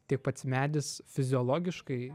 tiek pats medis fiziologiškai